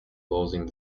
closing